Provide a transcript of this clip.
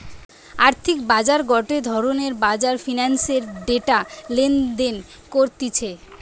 আর্থিক বাজার গটে ধরণের বাজার ফিন্যান্সের ডেটা লেনদেন করতিছে